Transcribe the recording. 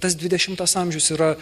tas dvidešimtas amžius yra